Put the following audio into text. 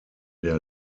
der